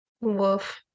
woof